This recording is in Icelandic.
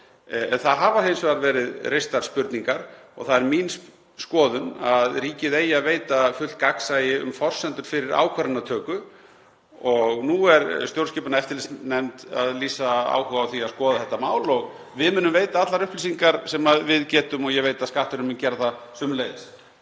En það hafa hins vegar verið reistar spurningar og það er mín skoðun að ríkið eigi að veita fullt gagnsæi um forsendur fyrir ákvarðanatöku. Nú er stjórnskipunar- og eftirlitsnefnd að lýsa áhuga á því að skoða þetta mál og við munum veita allar upplýsingar sem við getum og ég veit að Skatturinn mun sömuleiðis